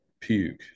puke